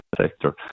sector